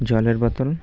জলের বোতল